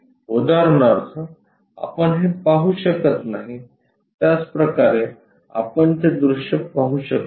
उदाहरणार्थ आपण हे पाहू शकत नाही त्याच प्रकारे आपण ते दृश्य पाहू शकत नाही